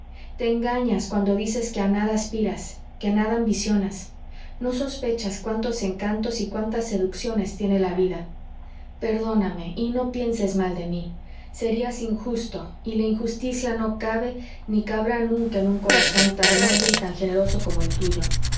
te engañas cuando dices que a nada aspiras que nada ambicionas no sospechas cuántos encantos y cuántas seducciones tiene la vida perdóname y no pienses mal de mí serías injusto y la injusticia no cabe ni cabrá nunca en un corazón tan noble y tan generoso como el tuyo